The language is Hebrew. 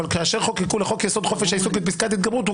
כאשר חוקקו לחוק יסוד: חופש העיסוק את פסקת ההתגברות,